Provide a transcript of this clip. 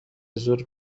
زور